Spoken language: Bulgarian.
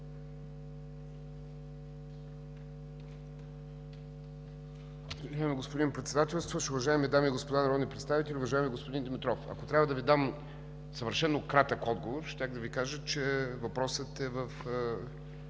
Уважаеми господин Председател, уважаеми дами и господа народни представители! Уважаеми господин Димитров, ако трябва да Ви дам съвършено кратък отговор, щях да Ви кажа, че въпросът е в